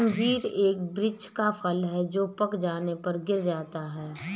अंजीर एक वृक्ष का फल है जो पक जाने पर गिर जाता है